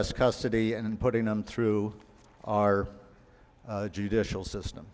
s custody and putting them through our judicial system